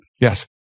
Yes